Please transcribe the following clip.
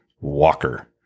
Walker